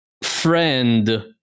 friend